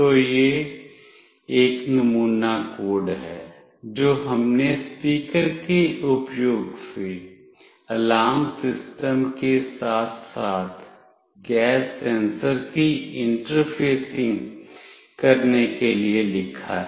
तो यह एक नमूना कोड है जो हमने स्पीकर के उपयोग से अलार्म सिस्टम के साथ साथ गैस सेंसर की इंटरफेसिंग करने के लिए लिखा है